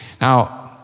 Now